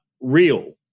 real